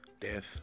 death